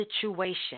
situation